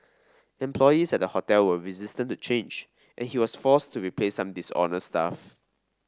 employees at the hotel were resistant to change and he was forced to replace some dishonest staff